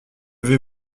vais